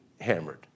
hammered